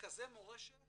מרכזי מורשת